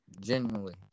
genuinely